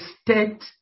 state